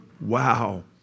Wow